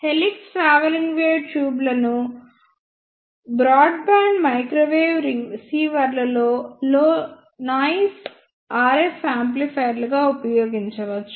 helix travelling wave ట్యూబ్లను broadband microwave రిసీవర్లలో లో నాయిస్ RF యాంప్లిఫైయర్లుగా ఉపయోగించవచ్చు